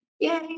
Yay